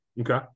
Okay